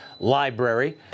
library